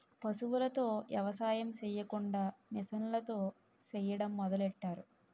పశువులతో ఎవసాయం సెయ్యకుండా మిసన్లతో సెయ్యడం మొదలెట్టారు